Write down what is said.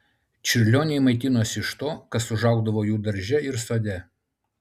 čiurlioniai maitinosi iš to kas užaugdavo jų darže ir sode